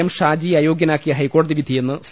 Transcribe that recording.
M ഷാജിയെ അയോഗ്യനാക്കിയ ഹൈക്കോടതി വിധിയെന്ന് സി